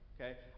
okay